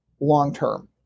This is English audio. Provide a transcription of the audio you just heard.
long-term